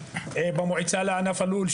ובמועצה לענף הלול.